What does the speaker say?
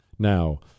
Now